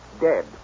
Dead